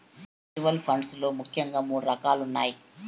mutual funds లో ముఖ్యంగా మూడు రకాలున్నయ్